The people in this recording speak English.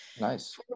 nice